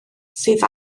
sydd